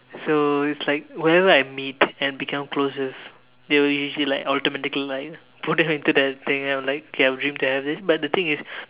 so it's like whoever I meet and become close with they will usually like automatically like pull them into that thing and I'm like okay I'll dream to have it but the thing is